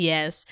Yes